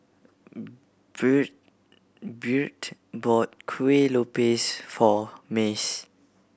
Byrd bought Kueh Lopes for Mace